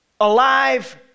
alive